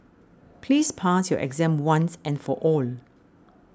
please pass your exam once and for all